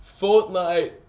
Fortnite